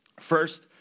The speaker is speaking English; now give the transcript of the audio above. First